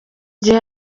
gihe